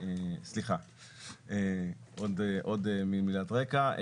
סליחה, עוד מילת רקע.